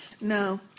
No